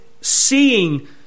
seeing